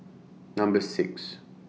Number six